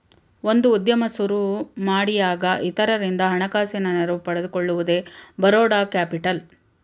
ಒಂದು ಉದ್ಯಮ ಸುರುಮಾಡಿಯಾಗ ಇತರರಿಂದ ಹಣಕಾಸಿನ ನೆರವು ಪಡೆದುಕೊಳ್ಳುವುದೇ ಬರೋಡ ಕ್ಯಾಪಿಟಲ್